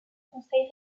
conseil